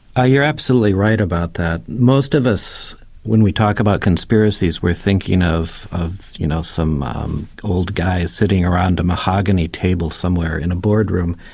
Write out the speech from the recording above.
ah you're absolutely right about that. most of us when we talk about conspiracies we're thinking of of you know some um old guys sitting around a mahogany table somewhere in a board room,